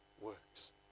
works